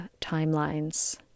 timelines